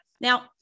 Now